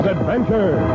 adventure